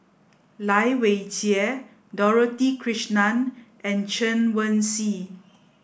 Lai Weijie Dorothy Krishnan and Chen Wen Hsi